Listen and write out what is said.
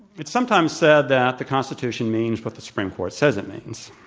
it's sometimes said that the constitution means what the supreme court says itmeans,